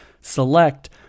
Select